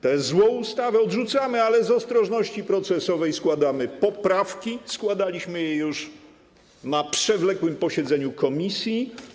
Tę złą ustawę odrzucamy, ale z ostrożności procesowej składamy poprawki, składaliśmy je już na przewlekłym posiedzeniu komisji.